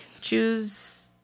choose